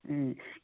ए